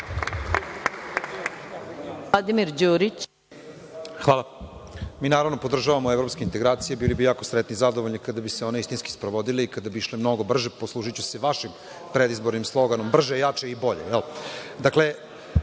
**Vladimir Đurić** Hvala. Mi naravno podržavamo evropske integracije. Bili bi jako srećni i zadovoljni kada bi se one istinski sprovodili i kada bi išle mnogo brže, poslužiću se vašim predizbornim sloganom „Brže, jače i